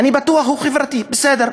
אני בטוח, הוא חברתי, בסדר.